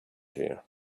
here